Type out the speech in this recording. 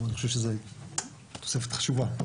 אני חושב שזה תוספת חשובה.